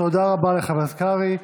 תודה רבה לחבר הכנסת קרעי.